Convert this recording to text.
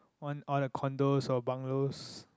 want all the condos or bungalows